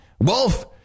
Wolf